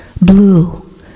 blue